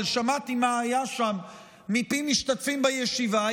אבל שמעתי מה היה שם מפי משתתפים בישיבה.